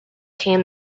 came